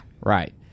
right